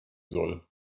soll